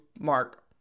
mark